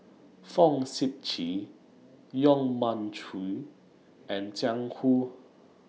Fong Sip Chee Yong Mun Chee and Jiang Hu